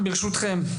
ברשותכם,